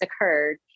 occurred